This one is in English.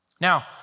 Now